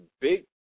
big